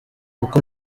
uku